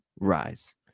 rise